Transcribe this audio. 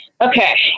Okay